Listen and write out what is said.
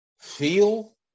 feel